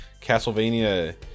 Castlevania